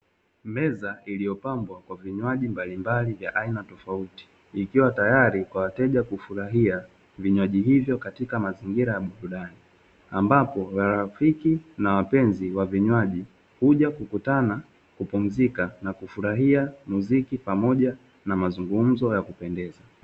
Meza iliyo pambwa kwa vinywaji mbali mbali vya aina tofauti, ikiwa tayari kwa wateja kufurahia vinywaji hivyo katika mazingira ya burudani, ambapo rafiki na wapenzi wa vinywaji huja kukutana, kupumzika, na kufurahia muziki pamoja na mazungumzo ya kupendeza.